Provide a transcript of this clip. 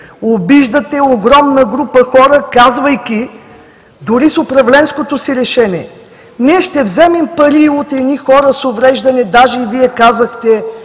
Обиждате огромна група хора, казвайки, дори с управленското си решение: ние ще вземем пари от едни хора с увреждане, даже Вие казахте